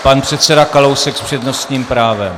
Pan předseda Kalousek s přednostním právem.